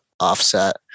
offset